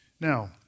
Now